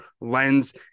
lens